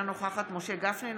אינה נוכחת משה גפני,